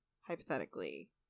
hypothetically